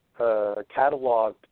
Cataloged